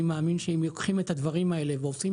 אני מאמין שאם לוקחים את הדברים האלה ועושים